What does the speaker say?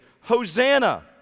Hosanna